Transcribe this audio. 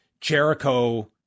Jericho